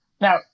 Now